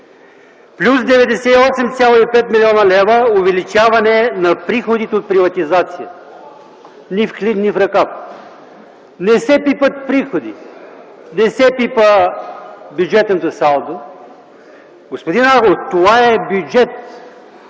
Плюс 98,5 млн. лв. увеличаване на приходите от приватизация – ни в клин, ни в ръкав. Не се пипат приходи, не се пипа бюджетното салдо. Господин Агов, това е бюджет!